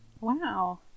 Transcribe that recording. Wow